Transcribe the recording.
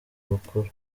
bukuru